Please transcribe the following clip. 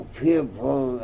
people